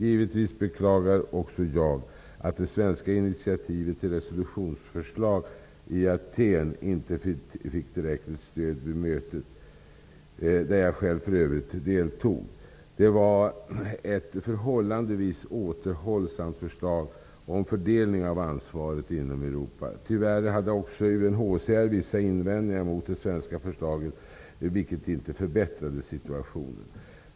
Givetvis beklagar också jag att det svenska initiativet till resolutionsförslag i Athen inte fick tillräckligt stöd vid mötet, där jag själv för övrigt deltog. Det var ett förhållandevis återhållsamt förslag om fördelning av ansvaret inom Europa. Tyvärr hade också UNHCR vissa invändningar mot det svenska förslaget, vilket inte förbättrade situationen.